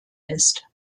ist